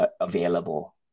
available